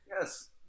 Yes